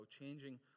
changing